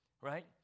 right